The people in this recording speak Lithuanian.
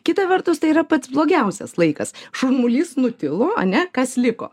kita vertus tai yra pats blogiausias laikas šurmulys nutilo ane kas liko